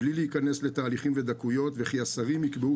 בלי להיכנס לתהליכים ודקויות וכי השרים יקבעו